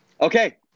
Okay